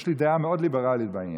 יש לי דעה מאוד ליברלית בעניין.